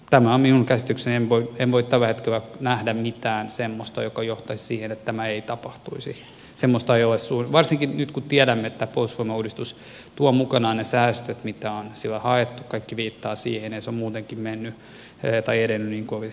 tämä on minun käsitykseni en voi tällä hetkellä nähdä mitään semmoista joka johtaisi siihen että tämä ei tapahtuisi ja varsinkin nyt kun tiedämme että tämä puolustusvoimauudistus tuo mukanaan ne säästöt mitä on sillä haettu kaikki viittaa siihen ja se on muutenkin edennyt niin kuin oli suunniteltu